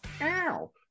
ow